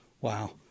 wow